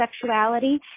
sexuality